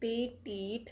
petit